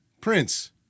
prince